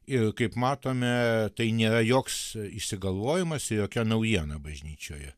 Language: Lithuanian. ir kaip matome tai nėra joks išsigalvojimas ir jokia naujiena bažnyčioje